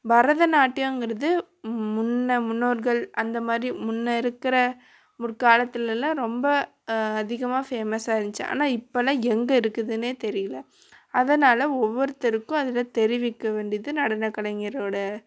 பரதநாட்டியங்கிறது முன்ன முன்னோர்கள் அந்த மாதிரி முன்ன இருக்கிற முற்காலத்திலலாம் ரொம்ப அதிகமாக ஃபேமஸாக இருந்துச்சு ஆனால் இப்போலாம் எங்கே இருக்குதுனே தெரியலை அதனால் ஒவ்வொருத்தருக்கும் அதில் தெரிவிக்க வேண்டியது நடனக் கலைஞரோடய